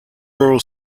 rural